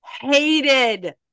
hated